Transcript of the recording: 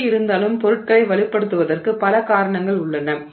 எப்படியிருந்தாலும் பொருட்களை வலுப்படுத்துவதற்கு பல காரணங்கள் உள்ளன